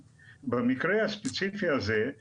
צריכים לחשוב על זה טוב טוב.